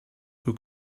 who